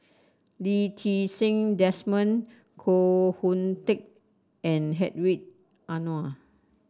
Lee Ti Seng Desmond Koh Hoon Teck and Hedwig Anuar